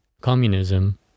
communism